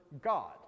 God